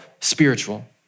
spiritual